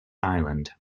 island